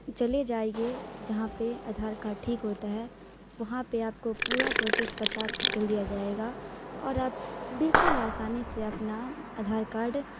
چلے جائیے جہاں پہ آدھار کارڈ ٹھیک ہوتا ہے وہاں پہ آپ کو پورا پروسس پتہ چل دیا جائے گا اور آپ بالکل آسانی سے اپنا آدھار کارڈ